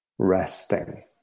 resting